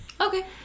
Okay